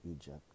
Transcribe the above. Egypt